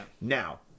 Now